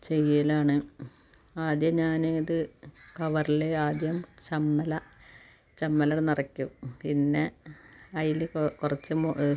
ചെയ്യലാണ് ആദ്യം ഞാൻ ഇത് കവറിൽ ആദ്യം ചമ്മല ചമ്മലത് നിറയ്ക്കും പിന്നെ അതിൽ കുറച്ച് കുറച്ച് മൊ